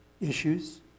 issues